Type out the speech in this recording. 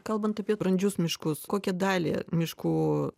kalbant apie brandžius miškus kokią dalį miškų